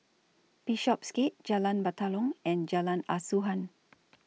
Bishopsgate Jalan Batalong and Jalan Asuhan